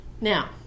Now